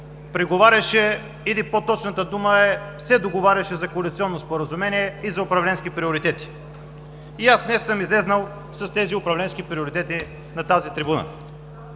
преговаряше или по-точната дума е „се договаряше“ за коалиционно споразумение и за управленски приоритети. И аз днес съм излязъл с тези управленски приоритети на тази трибуна.